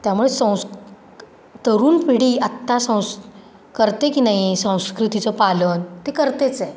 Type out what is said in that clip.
त्यामुळे संस् तरुण पिढी आत्ता संस् करते की नाही संस्कृतीचं पालन ते करतेच आहे